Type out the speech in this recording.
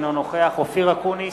אינו נוכח אופיר אקוניס,